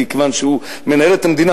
כי כיוון שהוא מנהל את המדינה,